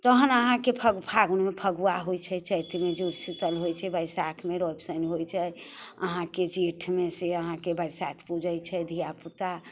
तहन अहाँके फागुनमे फगुआ होइ छै चैतमे जुड़शीतल होइ छै बैसाखमे रवि शनि होइ छै अहाँके जेठमे से अहाँके बरसाइत पूजै छै धियापुता